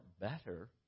better